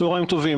צהריים טובים.